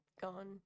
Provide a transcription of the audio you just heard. gone